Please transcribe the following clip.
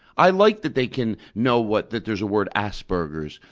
i like that they can know what that there's a word asperberger's,